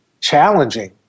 challenging